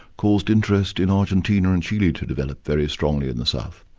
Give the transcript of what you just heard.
caused interest in argentina and chile to develop very strongly in the south.